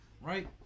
Right